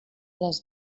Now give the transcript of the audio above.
les